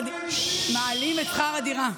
מעלים את שכר הדירה,